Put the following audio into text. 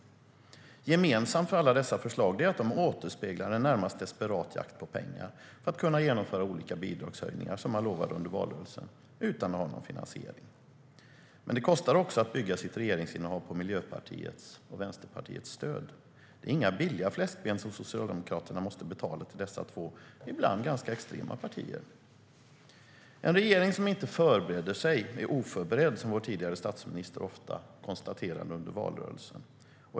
Gemensamt för dessa förslag är att de återspeglar en närmast desperat jakt på pengar för att kunna genomföra olika bidragshöjningar som man lovade under valrörelsen utan att ha någon finansiering. Men det kostar också att bygga sitt regeringsinnehav på Miljöpartiets och Vänsterpartiets stöd. Det är inga billiga fläskben Socialdemokraterna måste betala till dessa två ibland ganska extrema partier. En regering som inte förbereder sig är oförberedd, som vår tidigare statsminister ofta konstaterade under valrörelsen.